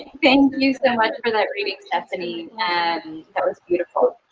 thank you so much for that reading, stephanie, and that was beautiful.